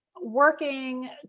working